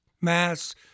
mass